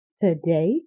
today